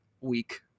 week